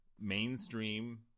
mainstream